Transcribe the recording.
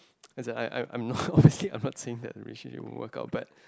as I I I'm not okay I'm not saying that relationship would work out but